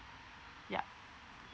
yeah